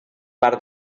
part